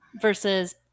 Versus